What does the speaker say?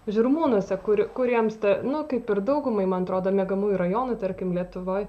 žirmūnuose kuri kuriems ta nu kaip ir daugumai man atrodo miegamųjų rajonų tarkim lietuvoj